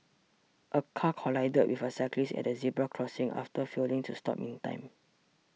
a car collided with a cyclist at a zebra crossing after failing to stop in time